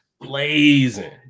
blazing